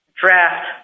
draft